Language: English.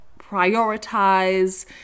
prioritize